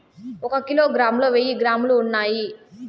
ఒక కిలోగ్రామ్ లో వెయ్యి గ్రాములు ఉన్నాయి